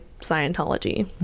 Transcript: Scientology